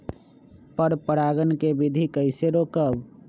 पर परागण केबिधी कईसे रोकब?